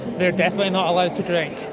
they are definitely not allowed to drink.